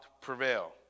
prevail